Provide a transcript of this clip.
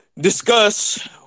discuss